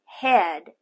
head